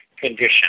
condition